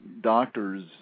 doctors –